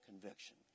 conviction